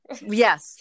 yes